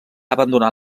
abandonar